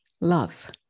love